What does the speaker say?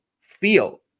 feel